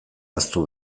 ahaztu